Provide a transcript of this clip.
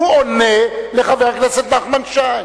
הוא עונה לחבר הכנסת נחמן שי.